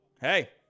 hey